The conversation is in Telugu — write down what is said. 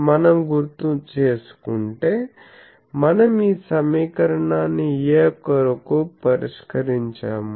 మనం గుర్తు చేసుకుంటే మనం ఈ సమీకరణాన్ని A కొరకు పరిష్కరించాము